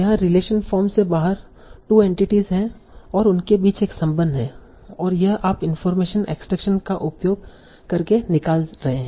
यहाँ relation form से बाहर 2 एंटिटीस हैं और उनके बीच एक संबंध है और यह आप इनफार्मेशन एक्सट्रैक्शन का उपयोग करके निकाल रहे हैं